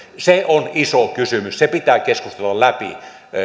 se on iso kysymys se pitää keskustella läpi